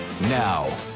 Now